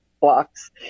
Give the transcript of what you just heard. blocks